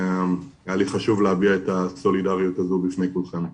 היה לי חשוב להביע את הסולידריות הזו בפני כולכם.